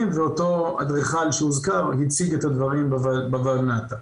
ואותו אדריכל שהוזכר הציג את הדברים בולנת"ע.